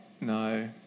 No